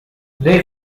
they